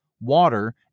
water